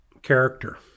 character